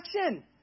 action